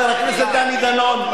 חבר הכנסת דני דנון,